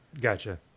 Gotcha